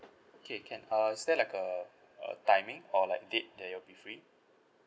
okay can uh is there like a a timing or like date that you'll be free